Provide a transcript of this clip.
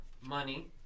money